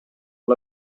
are